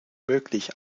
möglich